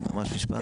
ממש משפט.